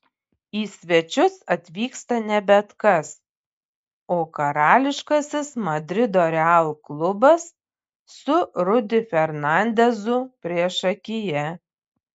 į svečius atvyksta ne bet kas o karališkasis madrido real klubas su rudy fernandezu priešakyje